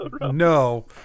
No